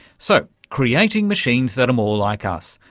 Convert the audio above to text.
so, creating machines that are more like us,